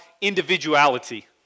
individuality